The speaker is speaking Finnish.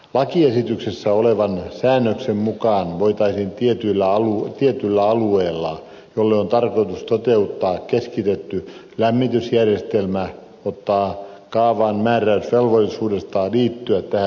lakiesityksessä olevan säännöksen mukaan voitaisiin tietyllä alueella jolle on tarkoitus toteuttaa keskitetty lämmitysjärjestelmä ottaa kaavaan määräys velvollisuudesta liittyä tähän järjestelmään